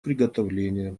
приготовления